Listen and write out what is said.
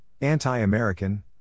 anti-American